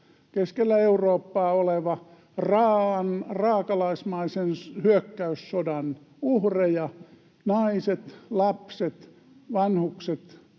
keskellä Eurooppaa oleva. Raakalaismaisen hyökkäyssodan uhrit, naiset, lapset, vanhukset,